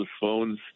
phones